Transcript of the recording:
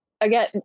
again